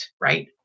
right